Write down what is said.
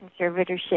conservatorship